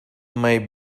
may